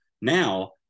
now